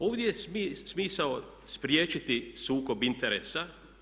Ovdje je smisao spriječiti sukob interesa.